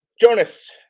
Jonas